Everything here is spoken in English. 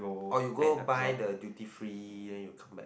or you go buy the duty free then you come back